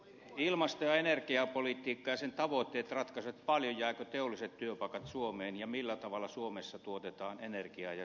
ilmasto ja energiapolitiikka ja sen tavoitteet ratkaisevat paljon jäävätkö teolliset työpaikat suomeen ja millä tavalla suomessa tuotetaan energiaa ja sähköä